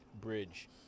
bridge